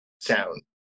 sound